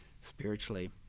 spiritually